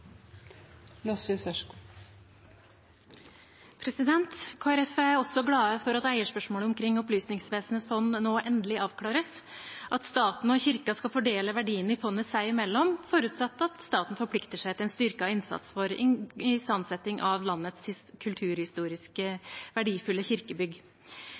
er også glad for at eierspørsmålet omkring Opplysningsvesenets fond nå endelig avklares, at staten og Kirken skal fordele verdiene i fondet seg imellom, forutsatt at staten forplikter seg til en styrket innsats for istandsetting av landets kulturhistorisk verdifulle kirkebygg.